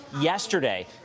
yesterday